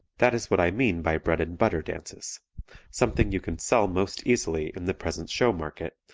that is what i mean by bread and butter dances something you can sell most easily in the present show market,